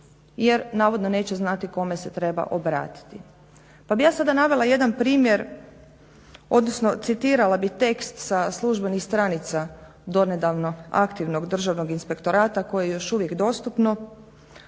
jer navodno neće znati kome se treba obratiti. Pa bih ja sada navela jedan primjer odnosno citirala bih tekst sa službenih stranica donedavno aktivnog Državnog inspektorata koji je još uvijek dostupno